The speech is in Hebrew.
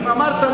אמרת,